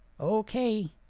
Okay